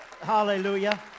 Hallelujah